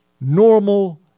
normal